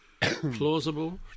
plausible